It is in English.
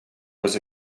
was